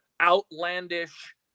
outlandish